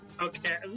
Okay